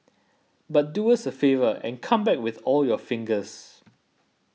but do us a favour and come back with all your fingers